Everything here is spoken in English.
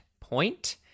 point